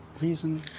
reason